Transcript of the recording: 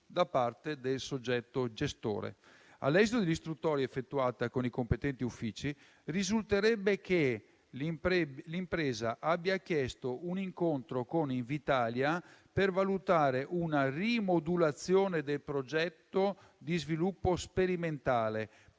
da parte del soggetto gestore. All'esito dell'istruttoria effettuata con i competenti uffici, risulterebbe che l'impresa abbia chiesto un incontro con Invitalia per valutare una rimodulazione del progetto di sviluppo sperimentale,